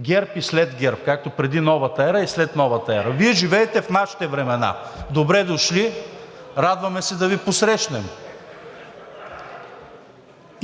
ГЕРБ и след ГЕРБ“, както „преди Новата ера и след Новата ера“. Вие живеете в нашите времена. Добре дошли, радваме се да Ви посрещнем!